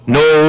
no